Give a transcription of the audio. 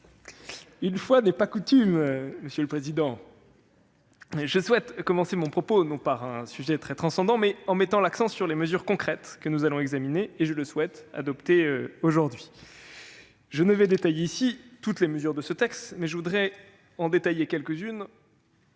Une fois n'est pas coutume, je souhaite commencer mon propos non par un sujet transcendant, mais en mettant l'accent sur les mesures concrètes que vous allez examiner et, je le souhaite, adopter aujourd'hui. Je ne détaillerai pas toutes les mesures de ce texte, mais seulement quelques-unes,